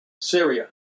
Syria